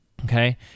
Okay